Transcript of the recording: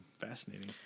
fascinating